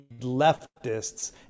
leftists